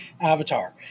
Avatar